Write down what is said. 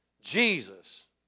Jesus